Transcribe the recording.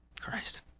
Christ